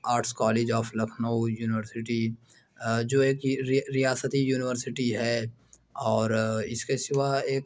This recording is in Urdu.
arts college of Lucknow university جو ایک کہ ریاستی یونیورسٹی ہے اور اِس کے سوا ایک